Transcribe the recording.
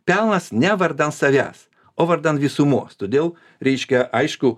pelas ne vardan savęs o vardan visumos todėl reiškia aišku